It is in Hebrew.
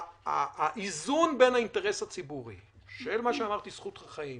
האיזון בין האינטרס הציבורי של זכות החיים,